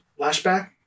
lashback